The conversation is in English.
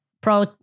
pro